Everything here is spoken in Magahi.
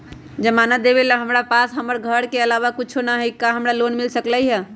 जमानत देवेला हमरा पास हमर घर के अलावा कुछो न ही का हमरा लोन मिल सकई ह?